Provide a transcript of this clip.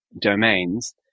domains